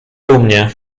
dumnie